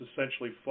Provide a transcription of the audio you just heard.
essentially